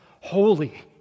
holy